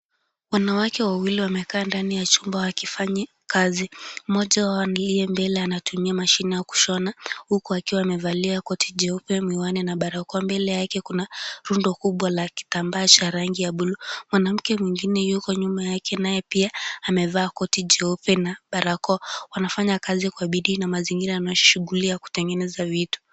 Wanawake wawili wamekaa ndani ya chumba wakifanya kazi. Mmoja wao aliye mbele anatumia mashini ya kushona huku akiwa amevalia miwani jeupe, miwani na barakoa. Mbele yake kuna rundo kubwa la kitambaa cha rangi ya bluu. Mwanamke mwingine yuko nyuma yake, naye pia amevaa koti jeupe na barakoa. Wanafanya kazi kwa bidii na mazingira yanaonyesha shughuli ya kutengeneza vitu.